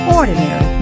ordinary